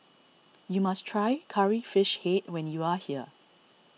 you must try Curry Fish Head when you are here